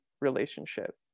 relationship